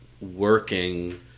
working